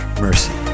mercy